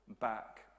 back